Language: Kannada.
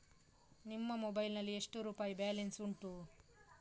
ನಿನ್ನ ಮೊಬೈಲ್ ನಲ್ಲಿ ಎಷ್ಟು ರುಪಾಯಿ ಬ್ಯಾಲೆನ್ಸ್ ಉಂಟು?